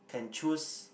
can choose